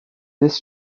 this